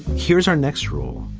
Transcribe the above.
here's our next rule.